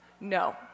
No